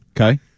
Okay